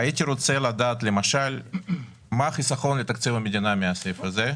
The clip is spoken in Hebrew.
הייתי רוצה לדעת למשל מה החיסכון לתקציב המדינה מהסעיף הזה.